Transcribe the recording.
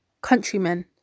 countrymen